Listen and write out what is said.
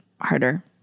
harder